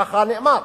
כך נאמר,